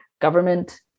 government